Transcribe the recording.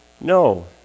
No